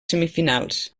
semifinals